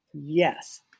Yes